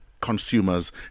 consumers